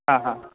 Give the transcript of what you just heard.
हां हां